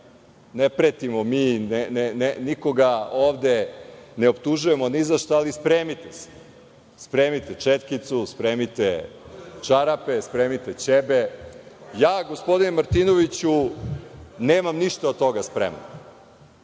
ne pretimo mi, nikoga ovde ne optužujemo ni za šta, ali spremite se, spremite četkicu, spremite čarape, spremite ćebe. Gospodine Martinoviću, ja nemam ništa od toga spremno,